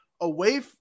away